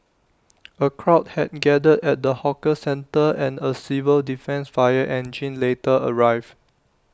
A crowd had gathered at the hawker centre and A civil defence fire engine later arrived